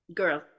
girl